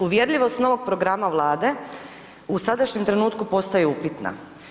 Uvjerljivost novog programa Vlade u sadašnjem trenutku postaje upitna.